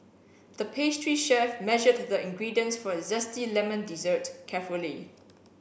the pastry chef measured the ingredients for a zesty lemon dessert carefully